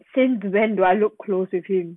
since when do I look close with him